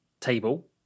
table